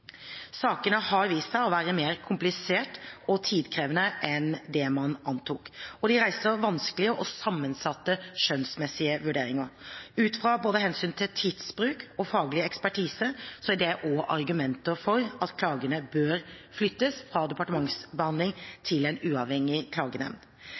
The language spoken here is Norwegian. Sakene har vist seg å være mer kompliserte og tidkrevende enn det man antok, og de reiser vanskelige og sammensatte skjønnsmessige vurderinger. Ut fra hensyn til både tidsbruk og faglig ekspertise er også dette argumenter for at klagene bør flyttes fra departementsbehandling til en uavhengig klagenemnd.